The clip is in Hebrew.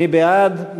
מי בעד?